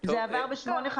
זה עבר ב-20:52.